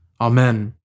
Amen